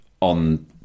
on